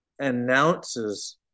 Announces